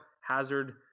Hazard